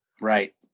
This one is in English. Right